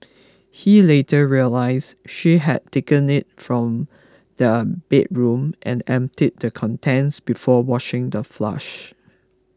he later realised she had taken it from their bedroom and emptied the contents before washing the